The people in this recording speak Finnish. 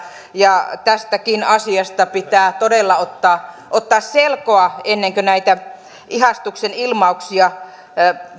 ja tästäkin asiasta pitää todella ottaa ottaa selkoa ennen kuin näitä ihastuksen ilmauksia